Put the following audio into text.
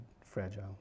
fragile